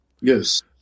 Yes